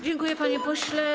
Dziękuję, panie pośle.